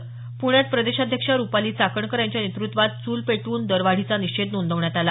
प्ण्यात प्रदेशाध्यक्षा रुपाली चाकणकर यांच्या नेतृत्वात चूल पेटवून दरवाढीचा निषेध नोंदवण्यात आला